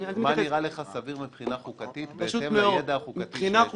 מה נראה לך סביר מבחינה חוקתית בהתאם לידע החוקתי שיש לך?